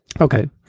Okay